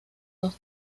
dos